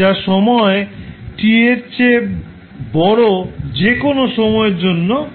যা সময় t এর 0 এর চেয়ে বড় যে কোনও সময় এর জন্য প্রযোজ্য